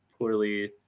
poorly